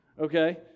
okay